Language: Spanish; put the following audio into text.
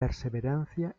perseverancia